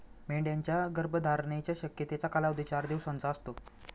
मेंढ्यांच्या गर्भधारणेच्या शक्यतेचा कालावधी चार दिवसांचा असतो